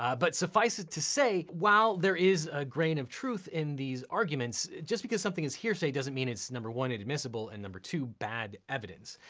but suffice it to say while there is a grain of truth in these arguments, just because something is hearsay doesn't mean it's, number one, admissible, and number two, bad evidence.